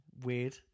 Weird